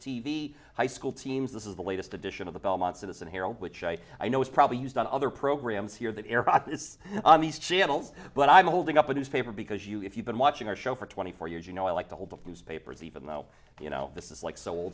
v high school teams this is the latest edition of the belmont citizen hero which i i know it's probably used on other programs here that iraq is on these channels but i'm holding up a newspaper because you if you've been watching our show for twenty four years you know i like to hold the newspapers even though you know this is like so